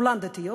כולן דתיות.